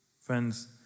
Friends